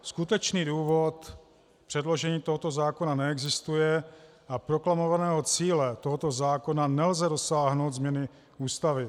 Skutečný důvod předložení tohoto zákona neexistuje a proklamovaného cíle tohoto zákona nelze dosáhnout změnou Ústavy.